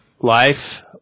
Life